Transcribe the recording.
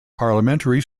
parliamentary